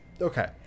Okay